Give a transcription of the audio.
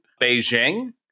Beijing